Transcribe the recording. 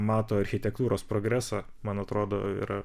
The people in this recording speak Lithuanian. mato architektūros progresą man atrodo yra